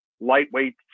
lightweight